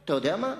אתה יודע מה,